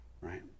Right